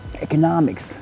economics